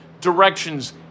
directions